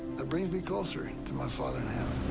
that bring me closer and to my father